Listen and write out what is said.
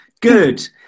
Good